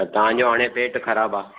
त तव्हां जो हाणे पेट ख़राबु आहे